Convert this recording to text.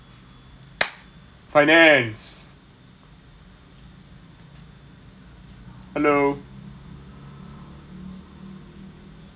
finance hello